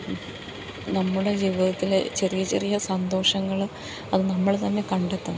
നമ്മുടെ ജീവിതത്തിലെ ചെറിയ ചെറിയ സന്തോഷങ്ങൾ അത് നമ്മൾ തന്നെ കണ്ടെത്തെണം